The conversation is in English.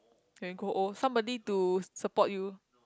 can grow old somebody to support you